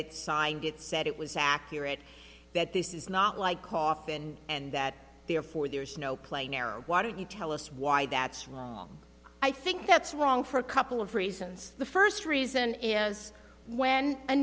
it signed it said it was accurate that this is not like coffin and that therefore there is no plain error why did you tell us why that's wrong i think that's wrong for a couple of reasons the first reason is when